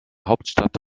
hauptstadt